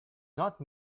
not